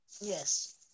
Yes